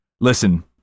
Listen